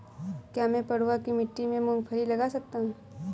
क्या मैं पडुआ की मिट्टी में मूँगफली लगा सकता हूँ?